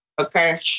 Okay